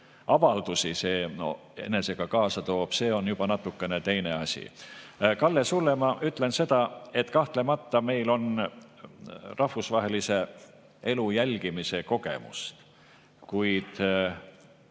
avaldusi see enesega kaasa toob, see on juba natuke teine asi. Kalle, sulle ma ütlen seda, et kahtlemata meil on rahvusvahelise elu jälgimise kogemus, kuid